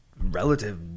relative